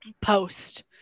post